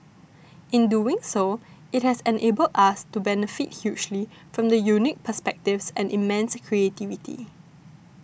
in doing so it has enabled us to benefit hugely from the unique perspectives and immense creativity